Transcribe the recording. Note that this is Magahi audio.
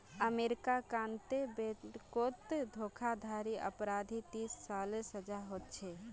अमेरीकात बैनकोत धोकाधाड़ी अपराधी तीस सालेर सजा होछे